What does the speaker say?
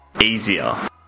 easier